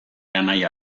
anaia